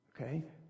Okay